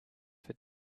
for